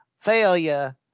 failure